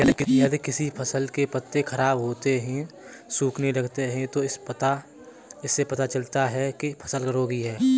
यदि किसी फसल के पत्ते खराब होते हैं, सूखने लगते हैं तो इससे पता चलता है कि फसल रोगी है